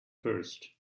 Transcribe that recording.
first